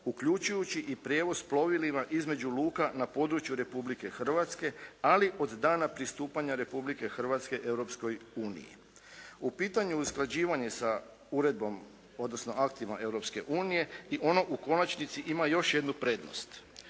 uključujući i prijevoz plovilima između luka na području Republike Hrvatske, ali od dana pristupanja Republike Hrvatske Europskoj uniji. U pitanju usklađivanja sa uredbom, odnosno aktima Europske unije i ono u konačnici ima još jednu prednost.